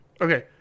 Okay